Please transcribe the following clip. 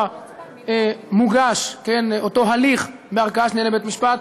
שמוגש אותו הליך בערכאה שנייה לבית-משפט,